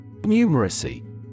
Numeracy